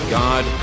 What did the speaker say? god